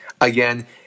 again